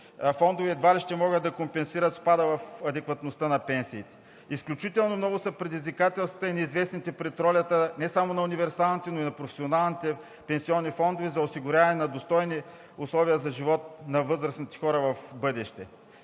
фондове едва ли ще могат да компенсират спада в адекватността на пенсиите. Изключително много са предизвикателствата и неизвестните пред ролята не само на универсалните, но и на професионалните пенсионни фондове за осигуряването на достойни условия за живот на възрастните хора в бъдеще,